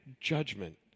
judgment